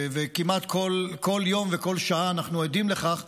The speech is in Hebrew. וכמעט כל יום וכל שעה אנחנו עדים לכך,